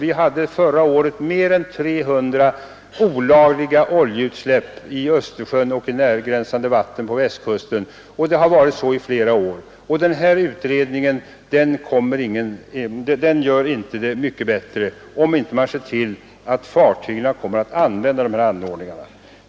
Vi hade förra året mer än 300 olagliga oljeutsläpp i Östersjön och i närgränsande vatten på Västkusten, och det har varit så i flera år. Denna utredning gör det inte mycket bättre, om man inte ser till att fartygen använder de här anordningarna.